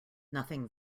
nothing